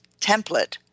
template